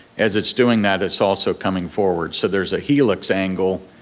as it's doing that it's also coming forward, so there's a helix angle